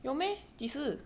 有 meh 几时